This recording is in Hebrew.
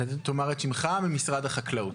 על ההזדמנות לספר בקצרה מהי התוכנית הלאומית